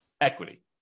equity